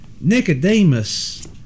Nicodemus